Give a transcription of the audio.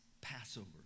Passover